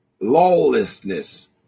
lawlessness